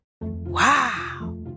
Wow